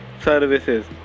Services